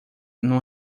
num